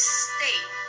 state